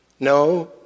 No